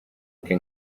can